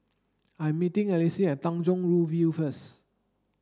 I'm meeting Alyce at Tanjong Rhu View first